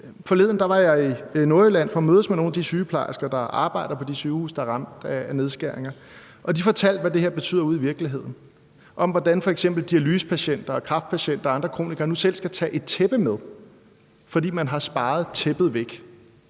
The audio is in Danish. Forleden var jeg i Nordjylland for at mødes med nogle af de sygeplejersker, der arbejder på de sygehuse, der er ramt af nedskæringer, og de fortalte, hvad det her betyder ude i virkeligheden, om, hvordan f.eks. dialysepatienter og kræftpatienter og andre kronikere nu selv skal tage et tæppe med, fordi man har sparet tæppet væk.